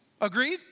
Agreed